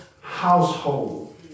household